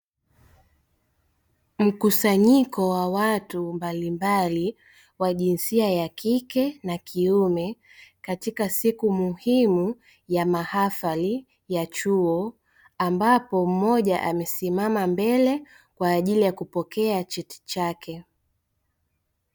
Mkusanyiko wa watu mbalimbali wa jinsia ya kike na kiume katika siku muhimu ya mahafali ya chuo, ambapo mmoja amesimama mbele kwa ajili ya kupokea cheti chake.